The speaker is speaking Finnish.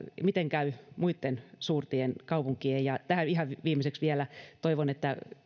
miten käy muitten suurten kaupunkien ja tähän ihan viimeiseksi vielä toivon että